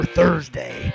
Thursday